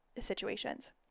situations